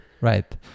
Right